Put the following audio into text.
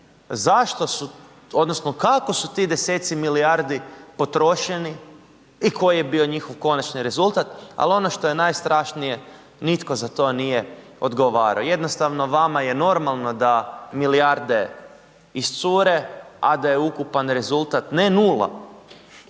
zašto su odnosno kako su ti deseci milijardi potrošeni i koji je bio njihov konačni rezultat, al ono što je najstrašnije nitko za to nije odgovarao, jednostavno vama je normalno da milijarde iscure, a da je ukupan rezultat ne nula